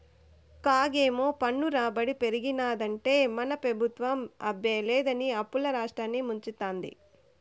కాగేమో పన్ను రాబడి పెరిగినాదంటే మన పెబుత్వం అబ్బే లేదని అప్పుల్ల రాష్ట్రాన్ని ముంచతాంది